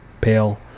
pale